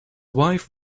wife